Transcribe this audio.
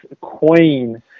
queen